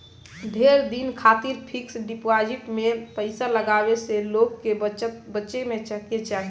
ढेर दिन खातिर फिक्स डिपाजिट में पईसा लगावे से लोग के बचे के चाही